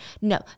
No